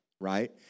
right